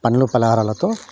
పండ్లు పలహారాలతో